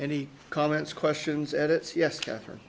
any comments questions and it's yes catherine